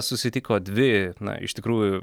susitiko dvi na iš tikrųjų